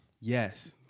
Yes